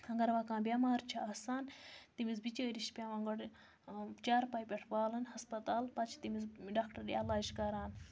اگر وۄنۍ کانٛہہ بٮ۪مار چھِ آسان تٔمِس بِچٲرِس چھِ پٮ۪وان گۄڈٕ چارپاے پٮ۪ٹھ والُن ہَسپَتال پَتہٕ چھِ تٔمِس ڈاکٹر علاج کَران